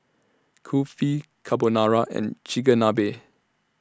Kulfi Carbonara and Chigenabe